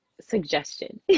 suggestion